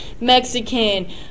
Mexican